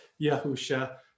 Yahusha